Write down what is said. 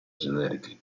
generiche